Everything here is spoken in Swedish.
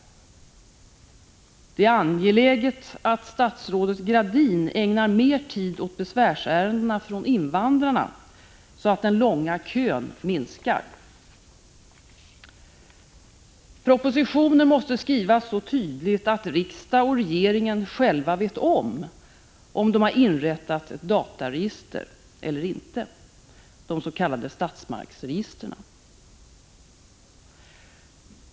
Det är angeläget att statsrådet Gradin ägnar mer tid år besvärsärendena från invandrare, så att den långa kön minskar. Propositioner måste skrivas så tydligt att riksdag och regering själva känner till om de har inrättat ett dataregister eller inte — det gäller de s.k. statsmaktsregistren.